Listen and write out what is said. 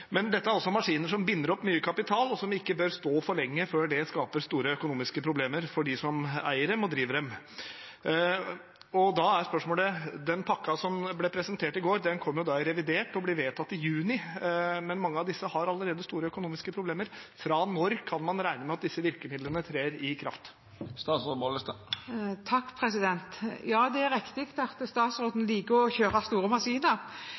Men dette er også maskiner som binder opp mye kapital, og som ikke bør stå for lenge før det skaper store økonomiske problemer for dem som eier og driver dem. Da er spørsmålet: Den pakken som ble presentert i går, kommer i revidert og blir vedtatt i juni. Men mange har allerede store økonomiske problemer. Fra når kan man regne med at disse virkemidlene trer i kraft? Ja, det er riktig at statsråden liker å kjøre store maskiner.